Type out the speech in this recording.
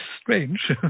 strange